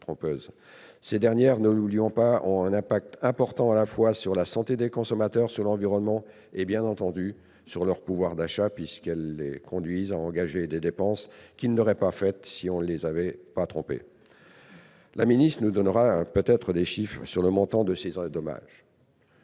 trompeuses. Ces dernières, ne l'oublions pas, ont un impact important à la fois sur la santé, sur l'environnement et, bien entendu, sur le pouvoir d'achat des consommateurs puisqu'elles les conduisent à engager des dépenses qu'ils n'auraient pas faites si on ne les avait pas trompés. Mme la ministre nous donnera peut-être des chiffres sur le montant de ces dommages.